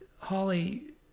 Holly